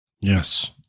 Yes